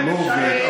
זה לא עובד.